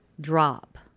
drop